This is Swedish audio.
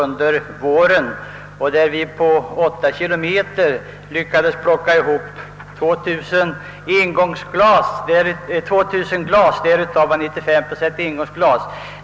På en sträcka av 8 kilometer lyckades vi plocka ihop 2 000 flaskor, varav 95 procent var engångsglas.